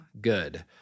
good